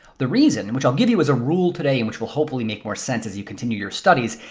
the reason, which i'll give you as a rule today and which will hopefully make more sense as you continue your studies,